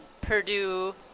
Purdue